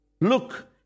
Look